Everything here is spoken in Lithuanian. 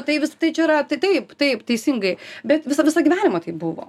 tai visa tai čia yra tai taip taip teisingai bet visą visą gyvenimą taip buvo